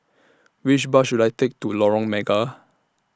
Which Bus should I Take to Lorong Mega